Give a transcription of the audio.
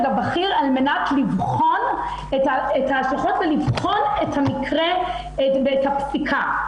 הבכיר על מנת לבחון את ההשלכות ולבחון את המקרה ואת הפסיקה.